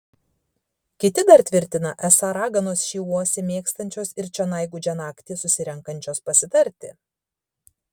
kiti dar tvirtina esą raganos šį uosį mėgstančios ir čionai gūdžią naktį susirenkančios pasitarti